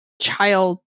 child